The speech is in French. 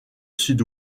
sud